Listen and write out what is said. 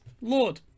Lord